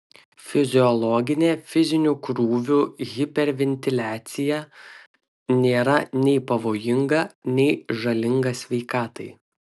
fiziologinė fizinių krūvių hiperventiliacija nėra nei pavojinga nei žalinga sveikatai